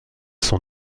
sont